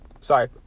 Sorry